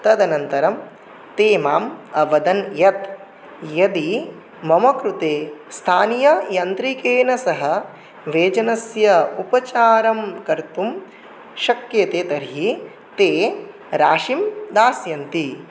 तदनन्तरं ते माम् अवदन् यत् यदि मम कृते स्थानीययान्त्रिकेण सह व्यजनस्य उपचारं कर्तुं शक्यते तर्हि ते राशिं दास्यन्ति